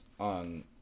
on